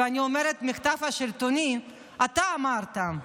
ואני אומרת "המחטף השלטוני" אתה אמרת: